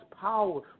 power